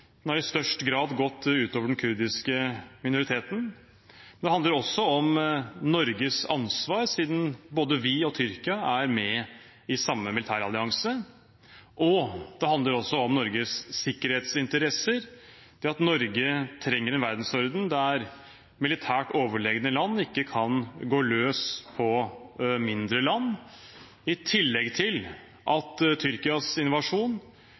Den har i størst grad gått ut over den kurdiske minoriteten. Men det handler også om Norges ansvar, siden både vi og Tyrkia er med i samme militærallianse, og det handler om Norges sikkerhetsinteresser – det at Norge trenger en verdensorden der militært overlegne land ikke kan gå løs på mindre land, i tillegg til at Tyrkias invasjon